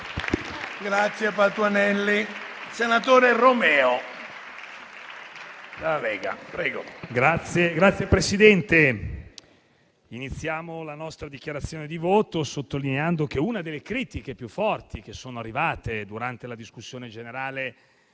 Signor Presidente, iniziamo la nostra dichiarazione di voto sottolineando che una delle critiche più forti durante la discussione generale